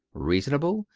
reasonable,